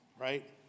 right